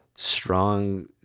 strong